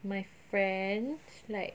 my friends like